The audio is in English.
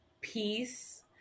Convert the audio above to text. peace